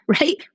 right